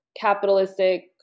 capitalistic